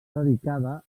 dedicada